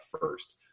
first